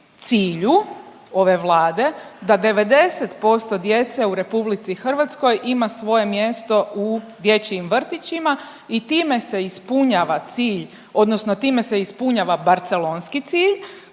cilju ove Vlade, da 90% djece u RH ima svoje mjesto u dječjim vrtićima i time se ispunjava cilj, odnosno time se ispunjava Barcelonski cilj